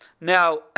Now